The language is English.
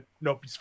nope